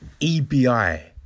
EBI